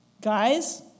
Guys